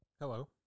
Hello